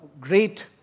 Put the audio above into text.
great